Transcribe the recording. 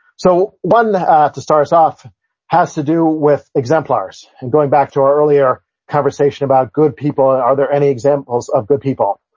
so, one to start us off has to do with exemplars and going back to our earlier conversation about good people, are there any examples of good people?